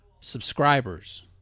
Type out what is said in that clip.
subscribers